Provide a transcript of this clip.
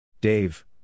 Dave